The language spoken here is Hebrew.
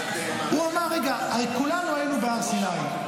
הוא אמר: רגע, הרי כולנו היינו בהר סיני.